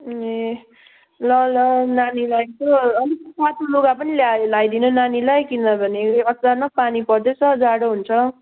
ए ल ल नानीलाई यसो अलिक पातलो लुगा पनि ल्याइ लाइदिनु नानीलाई किनभने अचानक पानी पर्दैछ जाडो हुन्छ